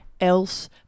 else